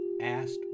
asked